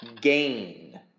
Gain